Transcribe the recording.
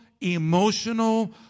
emotional